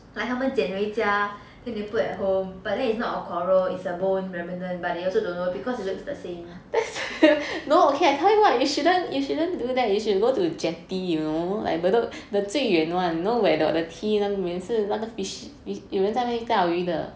like 他们捡回家 then they put at home but then it's not a coral is a bone remnant but they also don't know because it looks the same